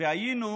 היינו